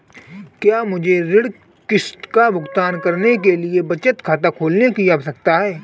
क्या मुझे ऋण किश्त का भुगतान करने के लिए बचत खाता खोलने की आवश्यकता है?